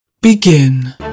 Begin